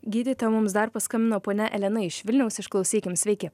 gydytoja mums dar paskambino ponia elena iš vilniaus išklausykim sveiki